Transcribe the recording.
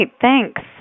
Thanks